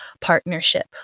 partnership